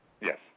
Yes